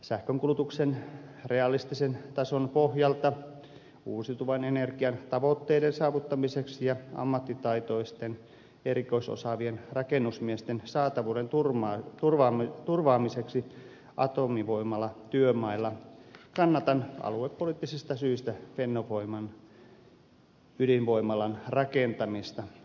sähkönkulutuksen realistisen tason pohjalta uusiutuvan energian tavoitteiden saavuttamiseksi ja ammattitaitoisten erikoisosaavien rakennusmiesten saatavuuden turvaamiseksi atomivoimalatyömailla kannatan aluepoliittisista syistä fennovoiman ydinvoimalan rakentamista